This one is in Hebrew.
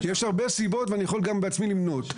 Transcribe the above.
יש הרבה סיבות וגם אני יכול בעצמי למנות.